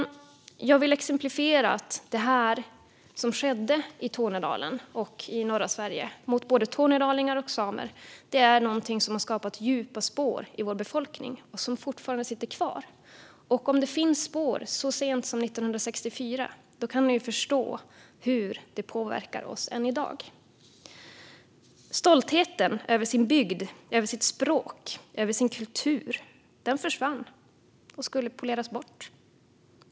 Jag vill med detta exemplifiera att det som skedde i Tornedalen och i norra Sverige, mot både tornedalingar och samer, är något som har satt djupa spår i vår befolkning. De sitter fortfarande kvar. Och om det finns spår så sent som 1964 kan man ju förstå hur det påverkar oss än i dag. Stoltheten över den egna bygden, det egna språket och den egna kulturen försvann; den skulle poleras bort.